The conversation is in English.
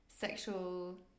sexual